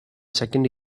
second